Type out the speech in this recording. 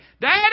Daddy